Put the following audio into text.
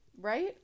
Right